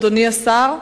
אדוני השר,